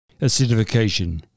acidification